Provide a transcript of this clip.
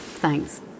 Thanks